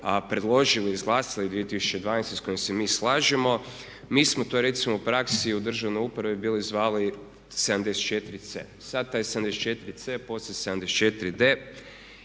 predložili, izglasali 2012., s kojim se mi slažemo. Mi smo, to je recimo u praksi u državnoj upravi bili zvali 74C, sada taj 74C, poslije 74D